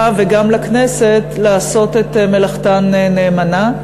וגם לכנסת לעשות את מלאכתן נאמנה.